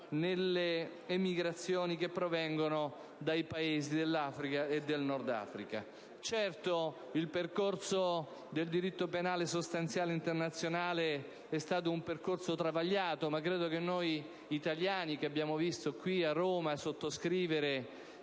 le emigrazioni provenienti dai Paesi dell'Africa e del Nord Africa. Certo, il percorso del diritto penale sostanziale internazionale è stato travagliato, ma credo che noi italiani, che abbiamo visto qui a Roma sottoscrivere